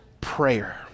prayer